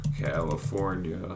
California